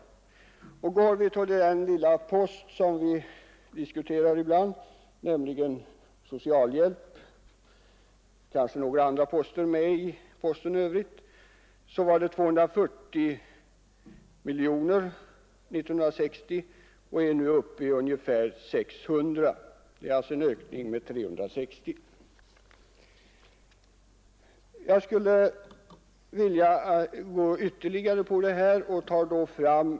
Går vi till den lilla post som vi diskuterar ibland, nämligen socialhjälp — det är kanske några andra poster som följer med — var den 240 miljoner år 1960 och är nu uppe i ungefär 600 miljoner. Det är alltså en ökning med 360 miljoner.